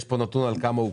יש כאן נתון על כמה הוגשו.